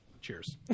Cheers